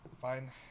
Fine